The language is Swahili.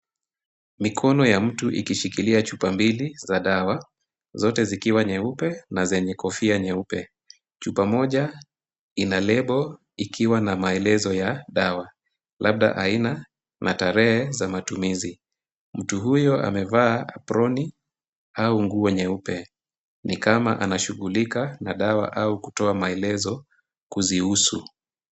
Mikono ya mtu ikishikilia chupa mbili za dawa zote zikiwa nyeupe na zenye kofia nyeupe. Chupa moja Ina lebo ikiwa na maelezo ya dawa labda aina na tarehe za matumizi. Mtu huyo amevaa aproni au nguo nyeupe kama anashughulika na dawa au kutoa maelezo kuzihusu.